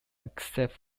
except